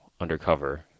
undercover